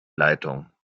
leitung